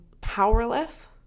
powerless